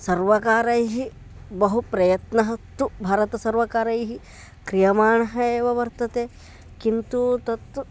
सर्वकारैः बहु प्रयत्नः तु भारतसर्वकारैः क्रियमाणः एव वर्तते किन्तु तत्तु